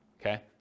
okay